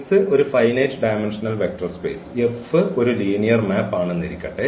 X ഒരു finite dimensional vector space F ഒരു linear map ആണെന്നിരിക്കട്ടെ